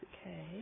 Okay